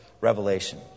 Revelation